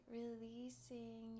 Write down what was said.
releasing